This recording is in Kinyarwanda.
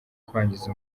kwangiza